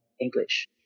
English